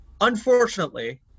Unfortunately